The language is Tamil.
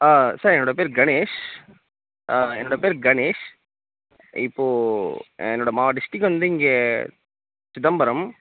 சார் என்னோட பேர் கணேஷ் என்னோட பேர் கணேஷ் இப்போது என்னோட டிஸ்ட்டிக் வந்து இங்கே சிதம்பரம்